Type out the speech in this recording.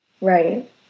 Right